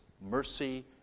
mercy